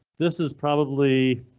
this is probably